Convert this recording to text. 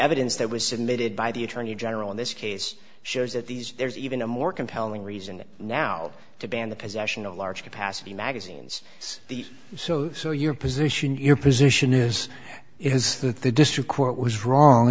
evidence that was submitted by the attorney general in this case shows that these there's even a more compelling reason now to ban the possession of large capacity magazines the so so your position your position is is that the district court was wrong